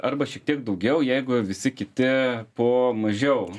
arba šiek tiek daugiau jeigu visi kiti po mažiau